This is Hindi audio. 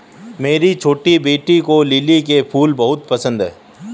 मेरी छोटी बेटी को लिली के फूल बहुत पसंद है